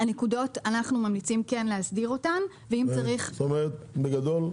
אנחנו ממליצים כן להסדיר אותן ואם צריך --- בגדול,